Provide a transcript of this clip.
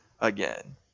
again